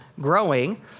growing